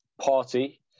Party